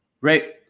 right